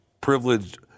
Privileged